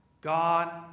God